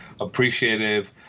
Appreciative